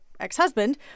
ex-husband